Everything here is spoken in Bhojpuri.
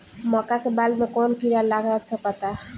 मका के बाल में कवन किड़ा लाग सकता?